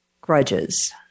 grudges